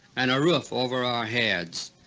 and a roof over our heads,